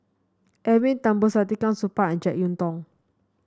Edwin Thumboo Saktiandi Supaat and JeK Yeun Thong